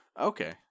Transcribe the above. Okay